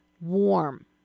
warm